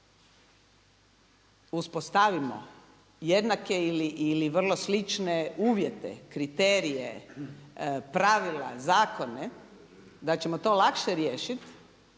uspostavimo jednake ili vrlo slične uvjete, kriterije, pravila, zakone da ćemo to lakše riješiti